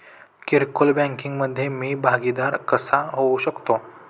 किरकोळ बँकिंग मधे मी भागीदार कसा होऊ शकतो?